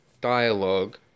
dialogue